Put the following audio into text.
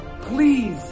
please